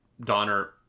Donner